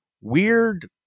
weird